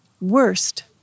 Worst